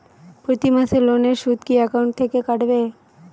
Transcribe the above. প্রতি মাসে লোনের সুদ কি একাউন্ট থেকে কাটবে?